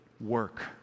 work